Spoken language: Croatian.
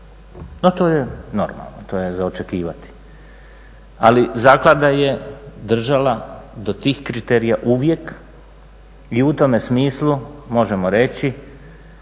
a to je normalno, to je za očekivati. Ali zaklada je držala do tih kriterija uvijek i u tome smislu možemo reći,